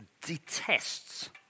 detests